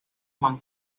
juan